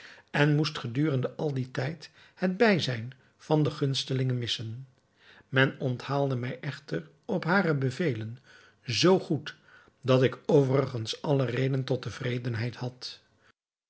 en moest gedurende al dien tijd het bijzijn van de gunstelinge missen men onthaalde mij echter op hare bevelen zoo goed dat ik overigens alle reden tot tevredenheid had